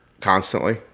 constantly